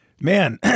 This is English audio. man